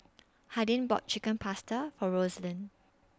Hardin bought Chicken Pasta For Roselyn